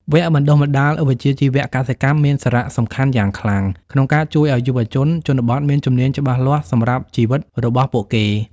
វគ្គបណ្តុះបណ្តាលវិជ្ជាជីវៈកសិកម្មមានសារៈសំខាន់យ៉ាងខ្លាំងក្នុងការជួយឱ្យយុវជនជនបទមានជំនាញច្បាស់លាស់សម្រាប់ជីវិតរបស់ពួកគេ។